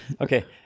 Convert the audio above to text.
Okay